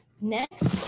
next